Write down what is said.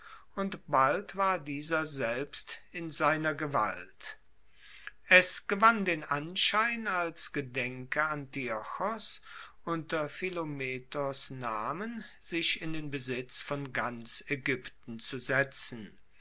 und bald war dieser selbst in seiner gewalt es gewann den anschein als gedenke antiochos unter philometors namen sich in den besitz von ganz aegypten zu setzen